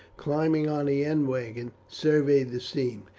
climbing on the end wagon, surveyed the scene.